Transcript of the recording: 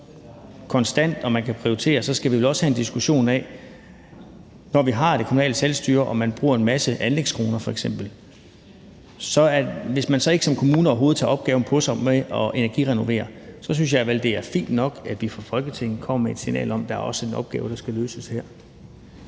og at man kan prioritere, må vi vel også have en diskussion om det: Når vi har det kommunale selvstyre og man f.eks. bruger en masse anlægskroner og man så ikke som kommune overhovedet tager opgaven på sig med at energirenovere, så synes jeg, det er fint nok, at vi fra Folketinget kommer med et signal om, at der også er en opgave her, der skal løses.